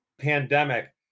pandemic